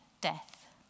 death